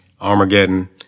Armageddon